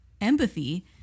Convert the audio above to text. empathy